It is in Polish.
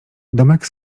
domek